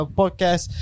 podcast